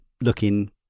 looking